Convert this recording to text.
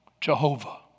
Jehovah